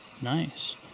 Nice